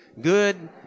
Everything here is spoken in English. Good